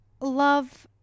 love